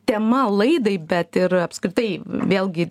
tema laidai bet ir apskritai vėlgi